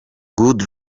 good